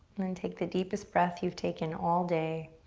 and then take the deepest breath you've taken all day.